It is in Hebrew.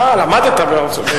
אה, למדת בברית-המועצות.